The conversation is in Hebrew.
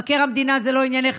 מבקר המדינה זה לא עניינך,